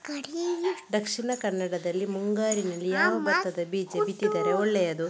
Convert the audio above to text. ದಕ್ಷಿಣ ಕನ್ನಡದಲ್ಲಿ ಮುಂಗಾರಿನಲ್ಲಿ ಯಾವ ಭತ್ತದ ಬೀಜ ಬಿತ್ತಿದರೆ ಒಳ್ಳೆಯದು?